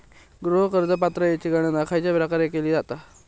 गृह कर्ज पात्रतेची गणना खयच्या प्रकारे केली जाते?